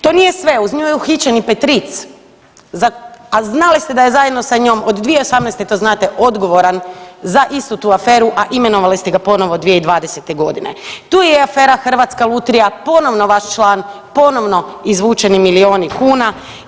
To nije sve uz nju je uhićen i Petric, a znali ste da je zajedno sa njom od 2018. to znate odgovoran za istu tu aferu, a imenovali ste ga ponovo 2020.g. Tu je i afera Hrvatska lutrija ponovno vaš član, ponovno izvučeni milijuni kuna.